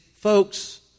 folks